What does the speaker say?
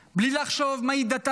בלי לחשוב מהי דתו